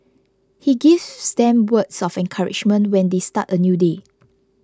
he gives them words of encouragement when they start a new day